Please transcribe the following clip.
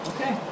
Okay